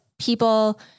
people